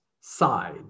side